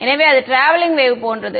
எனவே அது travelling wave போன்றது